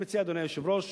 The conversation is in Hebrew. אני מציע, אדוני היושב-ראש,